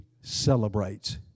celebrates